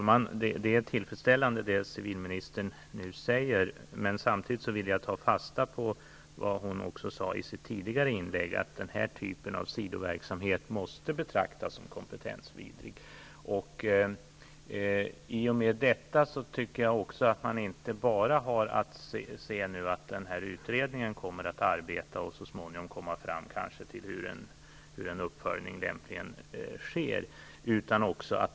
Herr talman! Det civilministern nu säger är tillfredsställande. Jag vill emellertid samtidigt ta fasta på vad civilministern sade i sitt tidigare inlägg, nämligen att denna typ av sidoverksamhet måste betraktas som kompetensvidrig. I och med detta har man inte enbart att invänta att man i utredningen kommer fram till hur en uppföljning lämpligen sker.